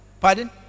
Pardon